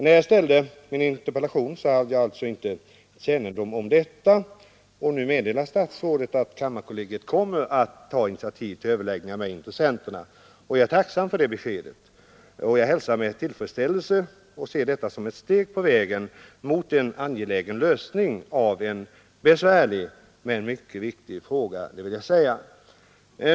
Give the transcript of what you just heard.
När jag ställde min interpellation hade jag ingen kännedom om detta. Nu meddelar statsrådet att kammarkollegiet kommer att ta initiativ till överläggningar med intressenterna. Jag är tacksam för det beskedet, som jag hälsar med tillfredsställelse. Jag ser det också som ett steg på vägen mot en angelägen lösning av en besvärlig men mycket viktig fråga.